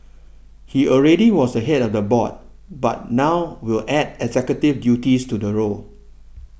he already was head of the board but now will add executive duties to the role